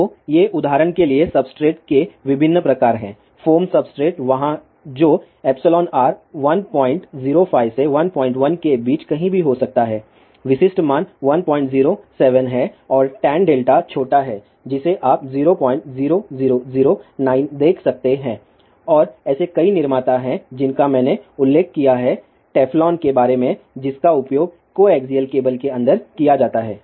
तो ये उदाहरण के लिए सब्सट्रेट के विभिन्न प्रकार हैं फोम सब्सट्रेट वहाँ जो εr 105 से 11 के बीच कहीं भी हो सकता हैविशिष्ट मान 107 है और टैन डेल्टा छोटा है जिसे आप 00009 देख सकते हैं और ऐसे कई निर्माता हैं जिनका मैंने उल्लेख किया है टेफ्लॉन के बारे में जिसका उपयोग कोएक्सियल केबल के अंदर किया जाता है